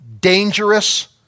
dangerous